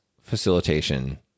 facilitation